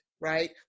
right